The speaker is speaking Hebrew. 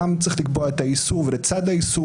גם צריך לקבוע את האיסור ולצד האיסור